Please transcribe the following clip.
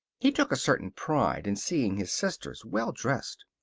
he took a certain pride in seeing his sisters well dressed,